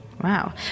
Wow